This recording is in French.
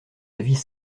avis